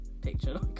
picture